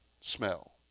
smell